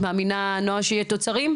את מאמינה, נועה, שיהיה תוצרים?